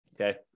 okay